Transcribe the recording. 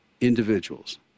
individuals